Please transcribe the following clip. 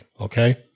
Okay